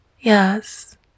yes